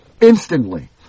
Instantly